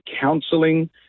counselling